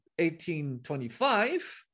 1825